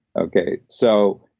okay? so,